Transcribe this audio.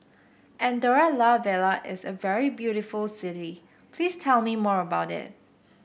Andorra La Vella is a very beautiful city please tell me more about it